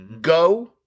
Go